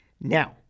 Now